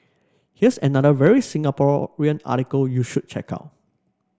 here's another very Singaporean article you should check out